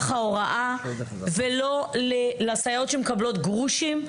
ההוראה ולא לסייעות שמקבלות גרושים.